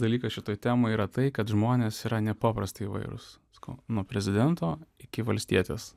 dalykas šitoj temoj yra tai kad žmonės yra nepaprastai įvairūs sakau nuo prezidento iki valstietės